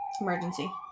Emergency